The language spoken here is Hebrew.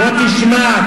בוא תשמע,